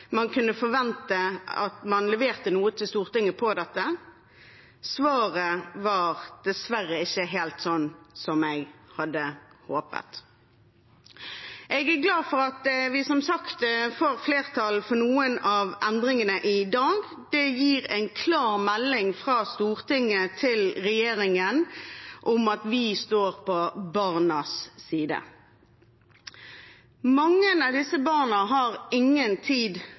man kunne forvente at man leverte noe til Stortinget om dette. Svaret var dessverre ikke helt som jeg hadde håpet. Jeg er glad for at vi som sagt får flertall for noen av endringene i dag. Det gir en klar melding fra Stortinget til regjeringen om at vi står på barnas side. Mange av disse barna har ingen tid